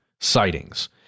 sightings